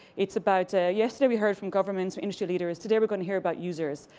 it's about ah yesterday we heard from government and industry leaders today we're going to hear about users.